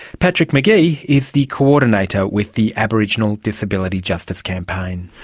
patrick mcgee is the coordinator with the aboriginal disability justice campaign.